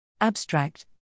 Abstract